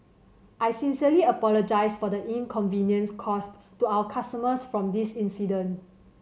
I sincerely apologise for the inconvenience caused to our customers from this incident